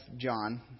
John